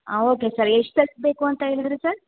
ಹಾಂ okay sir ಎಷ್ಟು set ಬೇಕು ಅಂತ ಹೇಳಿದ್ರಿ ಸರ್